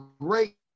great